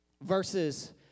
versus